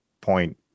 point